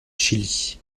chili